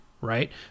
right